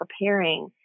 preparing